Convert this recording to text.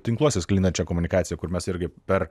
tinkluose sklindančia komunikacija kur mes irgi per